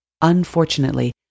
Unfortunately